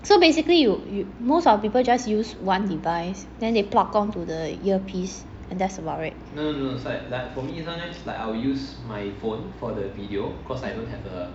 so basically you you most of people just use one device then they plug onto the earpiece and that's about it